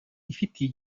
ifitiye